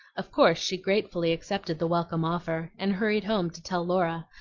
of course she gratefully accepted the welcome offer, and hurried home to tell laura,